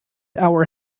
hour